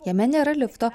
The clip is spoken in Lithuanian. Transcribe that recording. jame nėra lifto